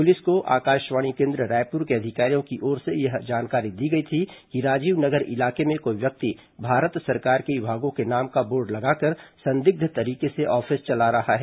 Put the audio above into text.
police को आकाशवाणी केन्द्र रायपुर के अधिकारियों की ओर से यह जानकारी दी गई थी कि राजीव नगर इलाके में कोई व्यक्ति भारत सरकार के विभागों के नामों का बोर्ड लगाकर संदिग्ध तरीके से ऑफिस चला रहा है